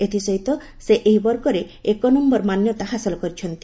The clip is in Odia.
ଏଥିସହିତ ସେ ଏହି ବର୍ଗରେ ଏକ ନମ୍ଭର ମାନ୍ୟତା ହାସଲ କରିଛନ୍ତି